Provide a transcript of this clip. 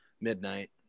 midnight